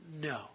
No